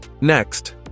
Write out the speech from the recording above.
Next